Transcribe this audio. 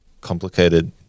complicated